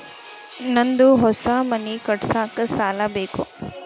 ನಂದು ಹೊಸ ಮನಿ ಕಟ್ಸಾಕ್ ಸಾಲ ಬೇಕು